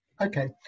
Okay